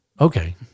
okay